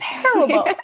terrible